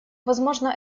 возможно